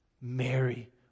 Mary